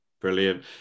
Brilliant